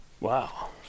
Wow